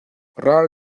ral